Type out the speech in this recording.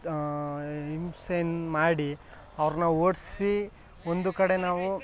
ಇಂಸೆನ್ ಮಾಡಿ ಅವ್ರನ್ನ ಓಡಿಸಿ ಒಂದು ಕಡೆ ನಾವು